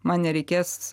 na nereikės